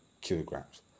kilograms